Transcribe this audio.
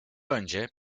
önce